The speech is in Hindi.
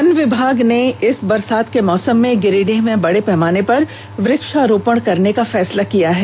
वन विभाग ने इस बरसात के मौसम में गिरिडीह में बड़े पैमाने पर वृक्षारोपण करने का फैसला किया है